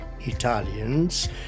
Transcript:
Italians